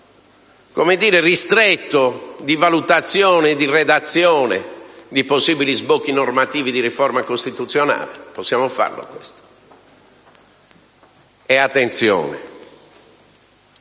come dire - ristretto di valutazione e di redazione di possibili sbocchi normativi di riforma costituzionale? Possiamo farlo, questo? E attenzione,